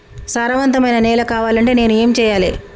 సారవంతమైన నేల కావాలంటే నేను ఏం చెయ్యాలే?